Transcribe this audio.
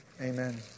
Amen